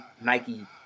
Nike